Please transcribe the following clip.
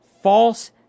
false